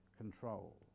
control